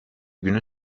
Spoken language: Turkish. günü